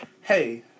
hey